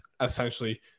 essentially